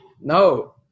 No